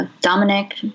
Dominic